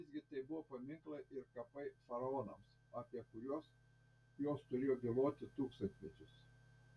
visgi tai buvo paminklai ir kapai faraonams apie kuriuos jos turėjo byloti tūkstantmečius